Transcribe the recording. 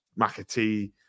McAtee